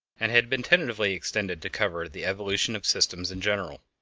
and had been tentatively extended to cover the evolution of systems in general.